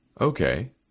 Okay